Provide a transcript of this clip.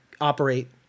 operate